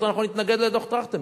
אמרתי: אנחנו נתנגד לדוח-טרכטנברג,